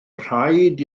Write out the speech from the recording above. rhaid